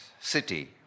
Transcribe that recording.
city